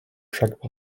chaque